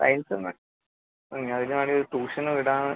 കഴിഞ്ഞിട്ട് ഒന്ന് ഹ്മ് അതിന് വേണ്ടി ഒരു ട്യൂഷന് വിടാമെന്ന്